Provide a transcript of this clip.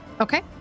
Okay